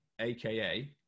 aka